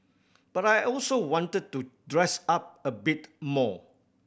but I also wanted to dress up a bit more